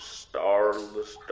starless